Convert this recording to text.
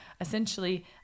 essentially